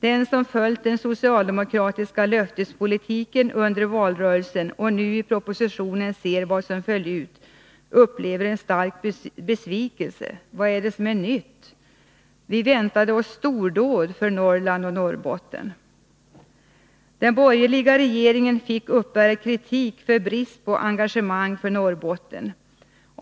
De som följt den socialdemokratiska löftespolitiken under valrörelsen och som nu i propositionen ser vad som föll ut upplever en stark besvikelse. Vad är det som är nytt? Vi väntade oss stordåd för Norrland och Norrbotten. Den borgerliga regeringen fick uppbära kritik för brist på engagemang för Norrbotten.